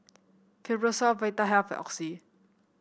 Vitahealth Oxy